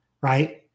Right